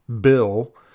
Bill